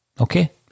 Okay